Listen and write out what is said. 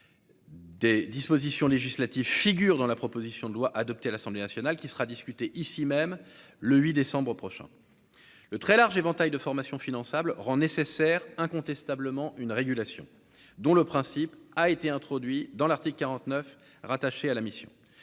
Des dispositions législatives figure dans la proposition de loi adoptée à l'Assemblée nationale qui sera discutée ici même le 8 décembre prochain le très large éventail de formations finançable rend nécessaire incontestablement une régulation dont le principe a été introduit dans l'article 49 rattachés à la mission,